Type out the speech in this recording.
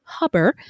Hubber